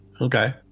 Okay